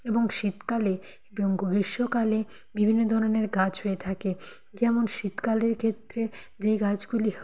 এবং শীতকালে এবং গ্রীষ্মকালে বিভিন্ন ধরনের গাছ হয়ে থাকে যেমন শীতকালের ক্ষেত্রে যেই গাছগুলি